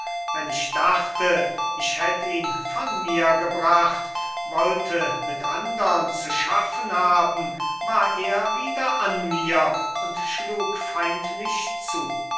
wenn ich dachte ich hätt ihn von mir gebracht wollte mit andern zu schaffen haben war er wieder an mir und schlug feindlich zu